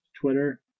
Twitter